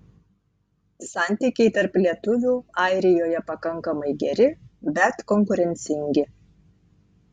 santykiai tarp lietuvių airijoje pakankamai geri bet konkurencingi